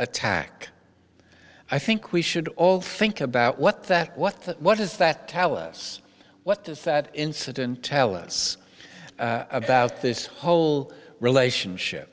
attack i think we should all think about what that what that what does that tell us what does that incident tell us about this whole relationship